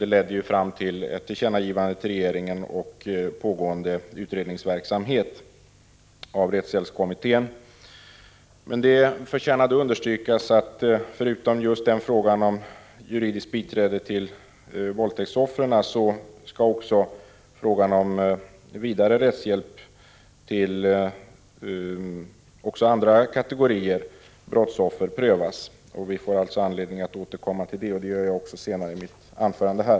Det ledde som bekant fram till ett tillkännagivande till regeringen och pågående utredningsverksamhet av rättshjälpskommittén. Det förtjänar understrykas att förutom just frågan om juridiskt biträde till våldtäktsoffer skall också frågan om vidare rättshjälp till också andra kategorier brottsoffer prövas. Vi får alltså anledning att återkomma till det, och det gör jag också senare i mitt anförande.